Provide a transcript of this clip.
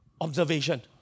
Observation